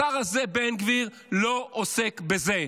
השר הזה, בן גביר, לא עוסק בזה.